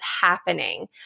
happening